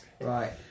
right